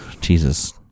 jesus